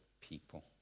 people